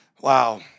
wow